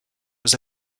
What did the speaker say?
was